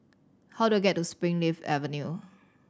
how do I get to Springleaf Avenue